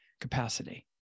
capacity